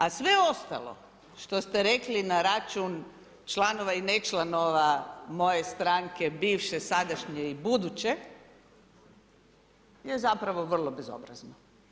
A sve ostalo što ste rekli na račun članova i ne članova moje stranke, bivše, sadašnje i buduće je zapravo vrlo bezobrazno.